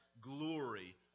glory